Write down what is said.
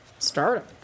Startup